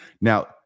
Now